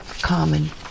common